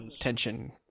tension